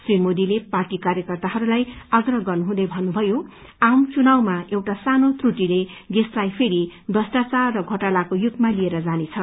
श्री मोदीले पार्टी कार्यकर्त्ताहरूलाई आग्रह गर्नुहुँदै भन्नुभयो आम चुनावमा एउटा सानो त्रूटिले दशलाई फेरि भ्रष्टाचार र घोटालाको युगमा लिएर जानेछ